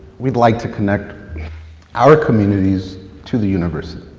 we'd like to connect our communities to the universe.